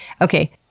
Okay